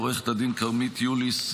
עורכת הדין כרמית יוליס,